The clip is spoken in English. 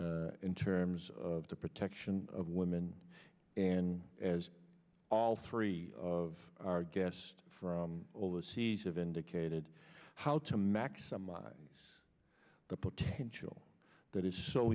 that in terms of the protection of women and as all three of our guests from overseas have indicated how to maximize the potential that is so